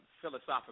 philosophical